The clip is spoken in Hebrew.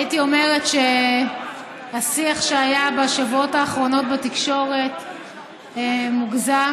הייתי אומרת שהשיח שהיה בשבועות האחרונים בתקשורת מוגזם.